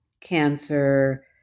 cancer